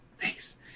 Thanks